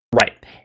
Right